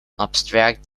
abstract